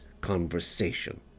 conversation